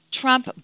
Trump